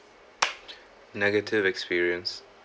negative experience